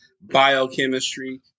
biochemistry